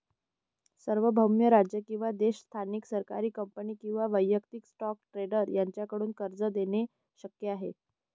सार्वभौम राज्य किंवा देश स्थानिक सरकारी कंपनी किंवा वैयक्तिक स्टॉक ट्रेडर यांच्याकडून कर्ज देणे शक्य आहे